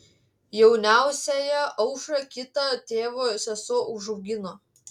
jauniausiąją aušrą kita tėvo sesuo užaugino